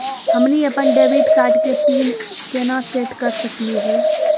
हमनी अपन debit card के पीन केना सेट कर सकली हे?